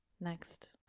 next